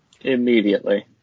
Immediately